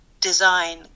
design